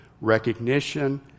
recognition